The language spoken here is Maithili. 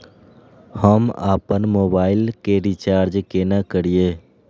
हम आपन मोबाइल के रिचार्ज केना करिए?